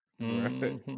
Right